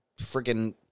freaking